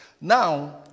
Now